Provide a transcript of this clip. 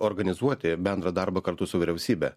organizuoti bendrą darbą kartu su vyriausybe